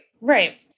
Right